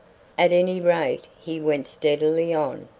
at any rate he went steadily on,